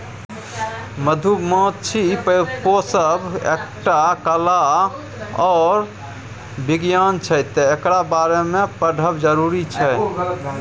मधुमाछी पोसब एकटा कला आर बिज्ञान छै तैं एकरा बारे मे पढ़ब जरुरी छै